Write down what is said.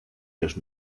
los